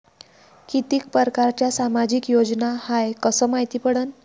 कितीक परकारच्या सामाजिक योजना हाय कस मायती पडन?